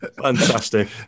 Fantastic